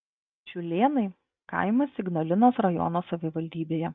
šiūlėnai kaimas ignalinos rajono savivaldybėje